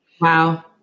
Wow